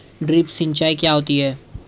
Drip सिंचाई क्या होती हैं?